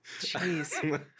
Jeez